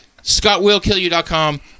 scottwillkillyou.com